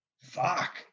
fuck